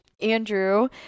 Andrew